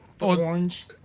orange